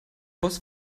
boss